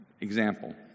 Example